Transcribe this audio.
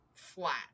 flat